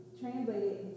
translated